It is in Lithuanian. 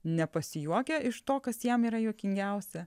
nepasijuokia iš to kas jam yra juokingiausia